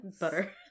Butter